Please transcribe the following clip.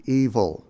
evil